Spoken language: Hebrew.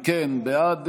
אם כן, בעד,